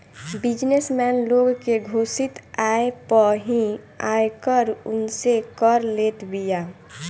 business man लोग के घोषित आय पअ ही आयकर उनसे कर लेत बिया